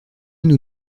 nous